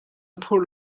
phurh